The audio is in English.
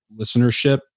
listenership